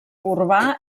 urbà